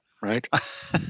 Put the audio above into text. right